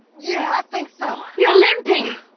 yeah, i think so you're limping!